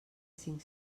cinc